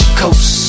coast